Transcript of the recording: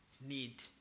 need